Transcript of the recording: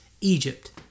Egypt